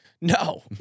No